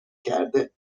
کرده